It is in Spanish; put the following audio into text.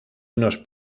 unos